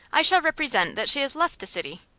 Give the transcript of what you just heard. i shall represent that she has left the city.